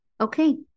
Okay